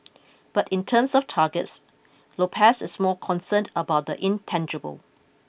but in terms of targets Lopez is more concerned about the intangible